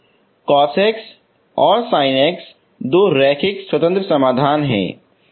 cos x और sin x दो रैखिक स्वतंत्र समाधान हैं